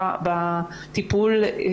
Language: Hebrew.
במרכזי הגנה יש צוותים רב-מקצועיים.